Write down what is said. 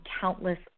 countless